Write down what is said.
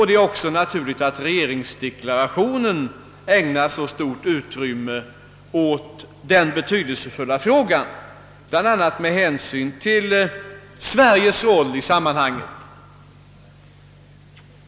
Det är också naturligt, bl.a. med hän syn till Sveriges roll i sammanhanget, att regeringsdeklarationen ägnar så stort utrymme åt denna betydelsefulla fråga.